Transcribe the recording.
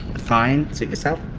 fine. suit yourself.